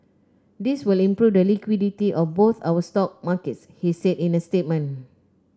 this will improve the liquidity of both our stock markets he said in a statement